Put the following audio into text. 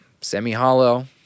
semi-hollow